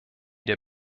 der